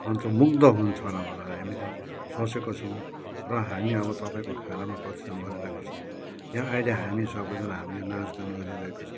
मन्त्रमुग्ध हुन्छौ होला भनेर हामीले सोचेको छु र हामी अब तपाईँको खानामा परिश्रम गरेर गर्छु या अहिले हामी सबैजना हामी नाचगान गरिरहेका छौ